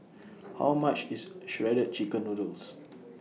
How much IS Shredded Chicken Noodles